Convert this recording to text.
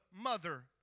mother